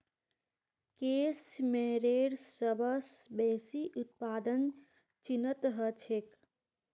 case मेयरेर सबस बेसी उत्पादन चीनत ह छेक